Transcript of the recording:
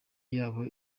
yabo